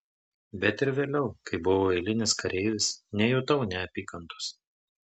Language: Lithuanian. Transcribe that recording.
bet ir vėliau kai buvau eilinis kareivis nejutau neapykantos